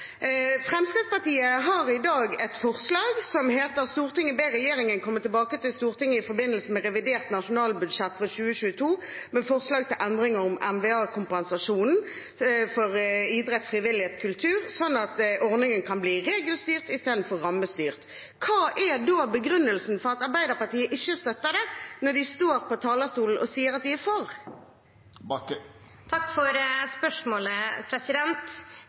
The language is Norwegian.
Fremskrittspartiet har i dag et forslag som lyder: «Stortinget ber regjeringen komme tilbake til Stortinget i forbindelse med revidert nasjonalbudsjett for 2022 med forslag til endringer i mva-kompensasjonsordningen for idrett, frivillighet og kultur slik at den blir regelstyrt istedenfor rammebevilget.» Hva er begrunnelsen for at Arbeiderpartiet ikke vil støtte forslaget, når de står på talerstolen og sier at de er for dette? Takk for spørsmålet